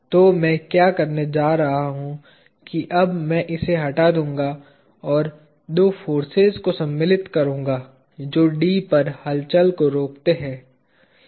तो मैं क्या करने जा रहा हूं कि अब मैं इसे हटा दूंगा और दो फोर्सेज को सम्मिलित करूंगा जो D पर हलचल को रोकते हैं